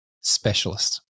specialist